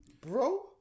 Bro